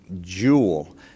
jewel